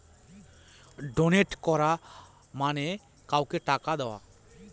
donate করা মানে কাউকে টাকা দেওয়া